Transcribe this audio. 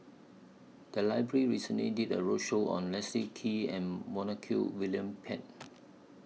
The Library recently did A roadshow on Leslie Kee and Montague William Pett